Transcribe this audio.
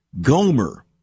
Gomer